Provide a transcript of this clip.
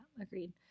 agreed